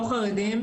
לא חרדים,